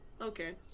okay